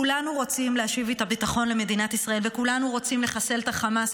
כולנו רוצים להשיב את הביטחון למדינת ישראל וכולנו רוצים לחסל את החמאס,